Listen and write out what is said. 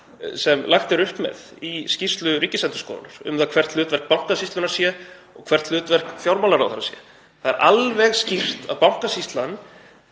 sem lagt er upp með í skýrslu Ríkisendurskoðunar um það hvert hlutverk Bankasýslunnar sé og hvert hlutverk fjármálaráðherra sé. Það er alveg skýrt að Bankasýslan